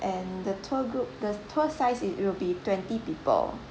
and the tour group the tour size it will be twenty people